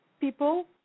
people